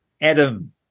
Adam